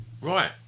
Right